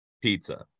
Pizza